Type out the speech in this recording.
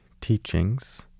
teachings